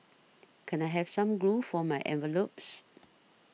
can I have some glue for my envelopes